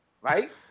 right